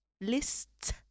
Lists